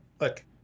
Look